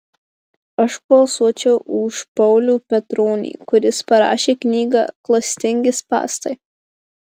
aš balsuočiau už paulių petronį kuris parašė knygą klastingi spąstai